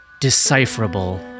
decipherable